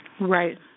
Right